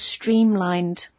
streamlined